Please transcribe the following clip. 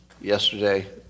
yesterday